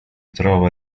trova